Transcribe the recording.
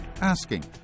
asking